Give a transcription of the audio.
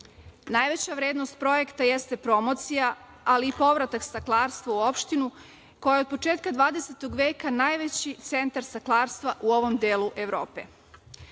Najveća vrednost projekta jeste promocija, ali i povratak staklarstva u opštinu koja je od početka 20. veka najveći centar staklarstva u ovom delu Evrope. Uz